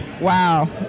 Wow